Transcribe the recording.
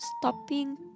Stopping